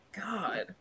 God